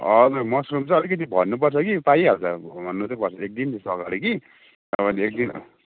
हजुर मसरूम चाहिँ अलिकति भन्नु पर्छ कि पाइहाल्छ भन्नु चाहिँ पर्छ एक दिन जस्तो अगाडि कि तपाईँले एकदिन